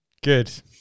good